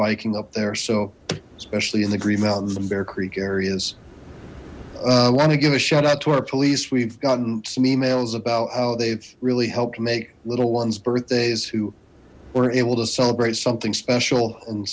biking up there so especially in the green mountains and bear creek areas i want to give a shout out to our police we've gotten some emails about how they've really helped make little ones birthdays who weren't able to celebrate something special and